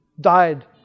died